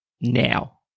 Now